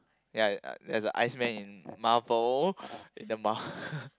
ya uh there a iceman in Marvel in the Mar~